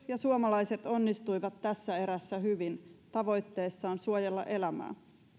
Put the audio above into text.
ja suomalaiset onnistuivat tässä erässä hyvin tavoitteessaan suojella elämää